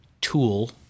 tool